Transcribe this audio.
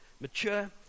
mature